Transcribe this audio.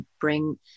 bring